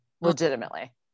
Legitimately